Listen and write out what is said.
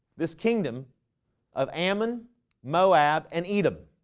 this kingdom of ammon moab, and edom.